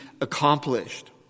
accomplished